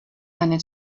einen